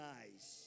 eyes